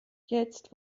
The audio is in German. jetzt